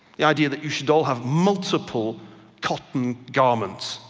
the idea that you should all have multiple cotton garments.